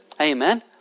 Amen